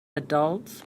adults